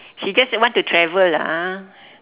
she just want to travel lah